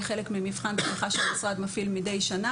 זה יהיה חלק ממבחן תמיכה שהמשרד מפעיל מידי שנה,